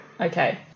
Okay